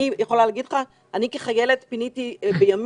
אני יכולה להגיד לך, כחיילת פיניתי בימית